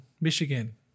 Michigan